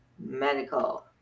medical